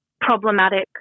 problematic